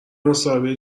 مصاحبه